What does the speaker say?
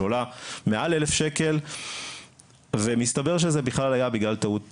שעולה מעל 1,000 שקל ומסתבר שזה בכלל היה בגלל טעות טופס,